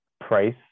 price